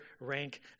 rank